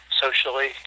socially